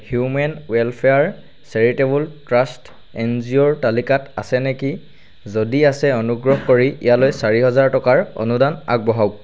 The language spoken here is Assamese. human welfare charitable trust N G অ'ৰ তালিকাত আছে নেকি যদি আছে অনুগ্ৰহ কৰি ইয়ালৈ চাৰি হাজাৰ টকাৰ অনুদান আগবঢ়াওক